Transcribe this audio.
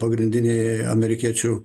pagrindinėj amerikiečių